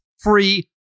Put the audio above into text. free